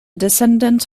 descendant